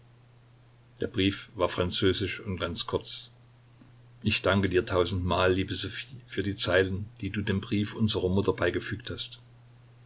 der brief war französisch und ganz kurz ich danke dir tausendmal liebe sophie für die zeilen die du dem brief unserer mutter beigefügt hast